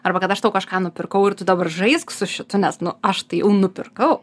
arba kad aš tau kažką nupirkau ir tu dabar žaisk su šitu nes nu aš tai jau nupirkau